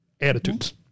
attitudes